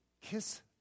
kiss